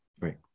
right